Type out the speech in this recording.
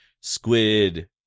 Squid